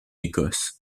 écosse